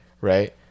right